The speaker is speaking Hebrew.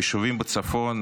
היישובים בצפון,